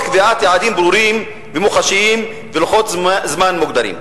קביעת יעדים ברורים ומוחשיים ולוחות-זמנים מוגדרים.